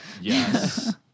Yes